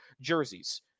jerseys